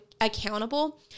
accountable